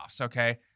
okay